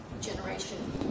generation